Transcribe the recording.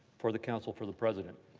for the council, for the president.